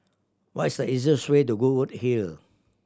what is the easiest way to Goodwood Hill